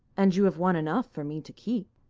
and you have won enough for me to keep.